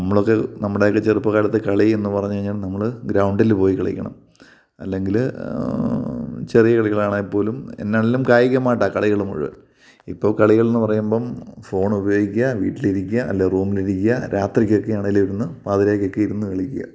നമ്മളൊക്കെ നമ്മുടെയൊക്കെ ചെറുപ്പകാലത്ത് കളി എന്ന് പറഞ്ഞുകഴിഞ്ഞാല് നമ്മള് ഗ്രൗണ്ടില് പോയി കളിക്കണം അല്ലെങ്കില് ചെറിയ കളികളാണെങ്കില് പോലും എന്നാണേലും കായികമായിട്ടാണ് കളികള് മുഴുവൻ ഇപ്പോള് കളികളെന്നു പറയുമ്പോള് ഫോണുപയോഗിക്കുക വീട്ടിലിരിക്കുക അല്ലെങ്കില് റൂമിലിരിക്കുക രാത്രിക്കൊക്കെ ആണേലിരുന്ന് പാതിരായ്ക്കൊക്കെ ഇരുന്നു കളിക്കുക